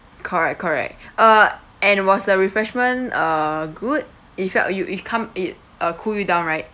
correct correct uh and was the refreshment uh good you felt you you come it uh cool you down right